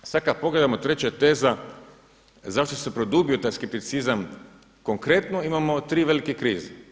Sada kada pogledamo treća teza, zašto se produbio taj skepticizam, konkretno imamo tri velike krize.